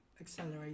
accelerate